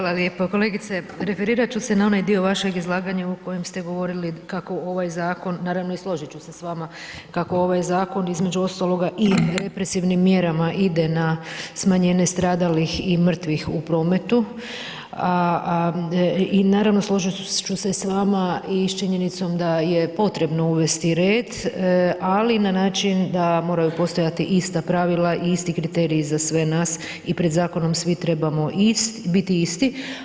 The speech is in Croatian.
Hvala lijepo, kolegice referirat ću se na onaj dio vašeg izlaganja u kojem ste govorili kako ovaj zakon, naravno i složit ću se s vama, kako ovaj zakon između ostaloga i represivnim mjerama ide na smanjenje stradalih i mrtvih u prometu, a i naravno složit ću se s vama i s činjenicom da je potrebno uvesti red, ali na način da moraju postojati ista pravila i isti kriteriji za sve nas i pred zakonom svi trebamo biti isti.